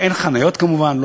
אין חניות כמובן,